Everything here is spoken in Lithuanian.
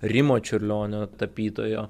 rimo čiurlionio tapytojo